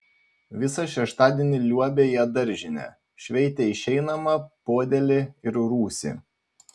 visą šeštadienį liuobė jie daržinę šveitė išeinamą podėlį ir rūsį